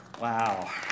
Wow